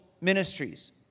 ministries